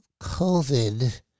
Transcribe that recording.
COVID